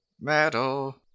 metal